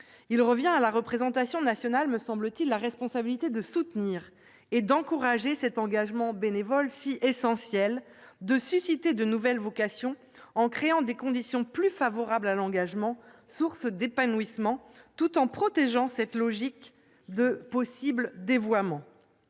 me semble-t-il, à la représentation nationale la responsabilité de soutenir et d'encourager cet engagement bénévole si essentiel, de susciter de nouvelles vocations en créant des conditions plus favorables à l'engagement, source d'épanouissement, tout en protégeant cette logique de possibles dévoiements.